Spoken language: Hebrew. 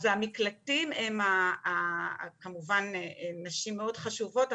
אז המקלטים הם כמובן מאוד חשובים לנשים,